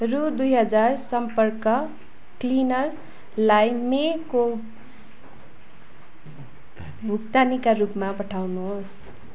रु दुई हजार सम्पर्क क्लिनरलाई मेको भुक्तानीका रूपमा पठाउनुहोस्